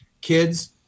kids